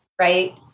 right